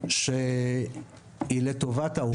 הוצאה שהיא לטובת העובד.